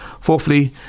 Fourthly